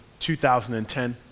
2010